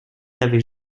n’avait